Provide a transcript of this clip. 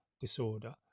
disorder